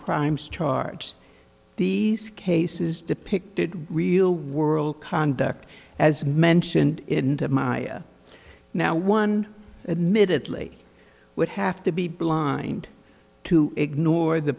crimes charge these cases depicted real world conduct as mentioned in my now one admittedly would have to be blind to ignore the